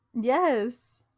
Yes